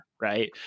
right